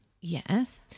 Yes